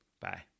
Bye